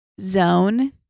zone